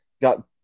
got